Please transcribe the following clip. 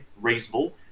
reasonable